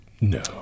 No